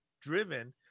driven